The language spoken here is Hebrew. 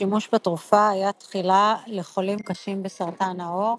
השימוש בתרופה היה תחילה לחולים קשים בסרטן העור.